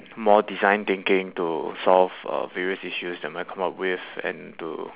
more design thinking to solve uh various issues that might come up with and to